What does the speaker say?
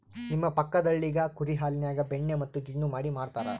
ನಮ್ಮ ಪಕ್ಕದಳ್ಳಿಗ ಕುರಿ ಹಾಲಿನ್ಯಾಗ ಬೆಣ್ಣೆ ಮತ್ತೆ ಗಿಣ್ಣು ಮಾಡಿ ಮಾರ್ತರಾ